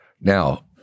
Now